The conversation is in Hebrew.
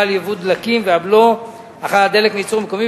על יבוא דלקים והבלו החל על דלק מייצור מקומי,